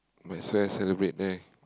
might as well celebrate right